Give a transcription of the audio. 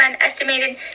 estimated